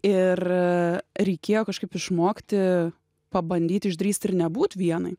ir reikėjo kažkaip išmokti pabandyti išdrįst ir nebūt vienai